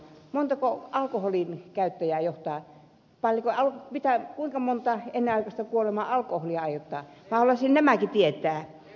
montako alkoholin käyttäjiä jotta aikaan mitään uutta mutta en ennenaikaista kuolemaa alkoholi aiheuttaa